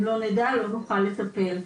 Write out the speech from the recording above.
אם לא נדע, לא נוכל לטפל.